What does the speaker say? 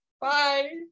Bye